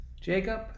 jacob